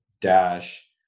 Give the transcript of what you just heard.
dash